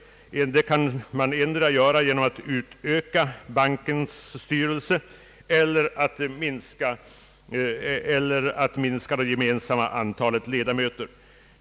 Det kan man uppnå antingen genom att utöka bankens styrelse eller genom att minska de gemensamma ledamöternas antal.